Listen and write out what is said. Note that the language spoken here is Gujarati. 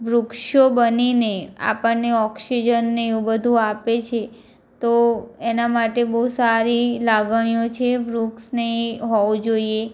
વૃક્ષો બનીને આપણને ઓક્સિજન ને એવું બધું આપે છે તો એના માટે બહુ સારી લાગણીઓ છે વૃક્ષની હોવું જોઈએ